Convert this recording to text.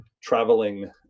traveling